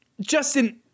Justin